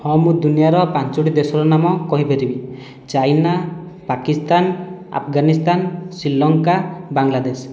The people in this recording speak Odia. ହଁ ମୁଁ ଦୁନିଆର ପାଞ୍ଚୋଟି ଦେଶର ନାମ କହିପାରିବି ଚାଇନା ପାକିସ୍ତାନ ଆଫଗାନିସ୍ତାନ ଶ୍ରୀଲଙ୍କା ବାଂଲାଦେଶ